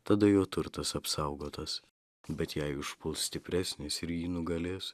tada jo turtas apsaugotas bet jei užpuls stipresnis ir jį nugalės